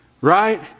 Right